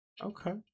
Okay